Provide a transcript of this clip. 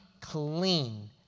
clean